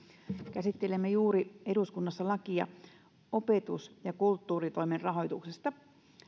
käsittelemme juuri eduskunnassa lakia opetus ja kulttuuritoimen rahoituksesta